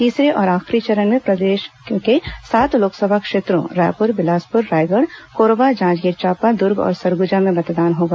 तीसरे और आखिरी चरण में प्रदेश के सात लोकसभा क्षेत्रों रायपुर बिलासपुर रायगढ़ कोरबा जांजगीर चांपा दुर्ग और सरगुजा में मतदान होगा